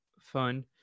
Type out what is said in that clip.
fun